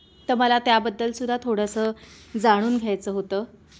तर मला त्याबद्दलसुद्धा थोडंसं जाणून घ्यायचं होतं